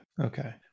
okay